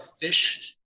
efficient